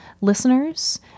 listeners